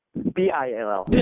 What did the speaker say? b i l l. bill,